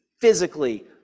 physically